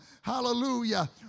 Hallelujah